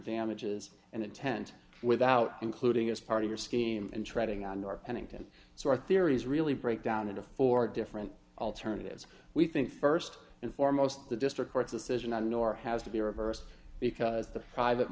damages and intent without including as part of your scheme and treading on your pennington so our theories really break down into four different alternatives we think st and foremost the district court's decision on nor has to be reversed because the private